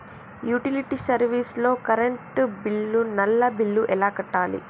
Utility service లో current bill, నల్లా bill ఎలా కట్టాలి?